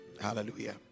hallelujah